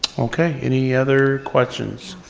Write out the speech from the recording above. okay, any other questions?